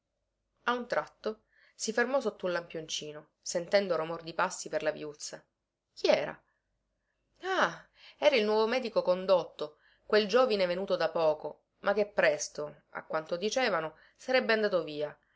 a un tratto si fermò sotto un lampioncino sentendo romor di passi per la viuzza chi era ah era il nuovo medico condotto quel giovine venuto da poco ma che presto a quanto dicevano sarebbe andato via